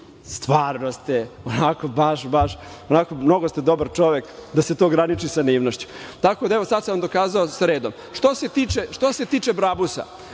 stvarno ste onako baš, baš. Mnogo ste dobar čovek da se to graniči sa divnošću. Tako da evo, sada sam vam dokazao redom. Što se tiče